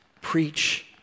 Preach